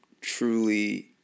truly